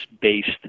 based